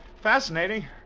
fascinating